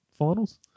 finals